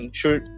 sure